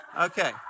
Okay